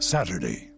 Saturday